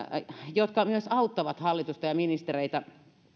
jotka myös auttavat hallitusta ja ministereitä